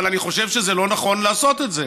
אבל אני חושב שלא נכון לעשות את זה.